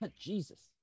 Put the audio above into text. Jesus